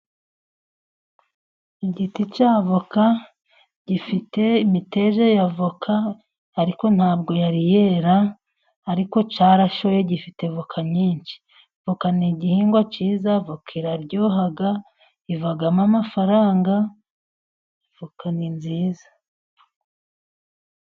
Igiti cya voka gifite imiterere ya voka, ariko nta bwo yari yera, ariko cyarashoye gifite voka nyinshi. Voka ni igihingwa cyiza, voka iraryoha, ivamo amafaranga, voka ni nziza.